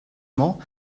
mañ